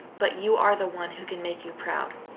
but you are the one who can make you proud.